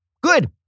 Good